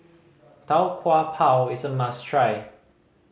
Tau Kwa Pau is a must try